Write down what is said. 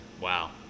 wow